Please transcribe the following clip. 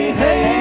hey